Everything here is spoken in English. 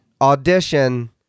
audition